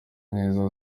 neza